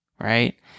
right